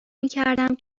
میکردم